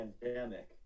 pandemic